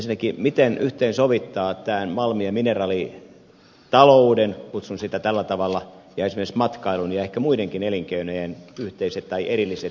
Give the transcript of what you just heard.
ensinnäkin miten yhteensovittaa malmi ja mineraalitalouden kutsun sitä tällä tavalla ja esimerkiksi matkailun ja ehkä muidenkin elinkeinojen yhteiset tai erilliset intressit